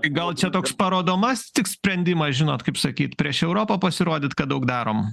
gal čia toks parodomasis tik sprendimas žinot kaip sakyt prieš europą pasirodyt kad daug darom